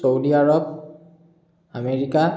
Saudi Arab America